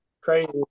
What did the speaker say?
crazy